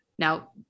Now